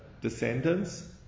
descendants